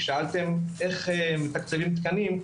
כי שאלתם איך מתקצבים תקנים,